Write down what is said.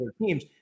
teams